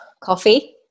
Coffee